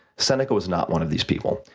seneca was not one of these people.